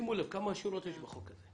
שימו לב כמה שורות יש בחוק הזה,